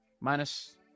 minus